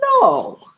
no